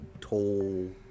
Toll